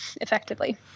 effectively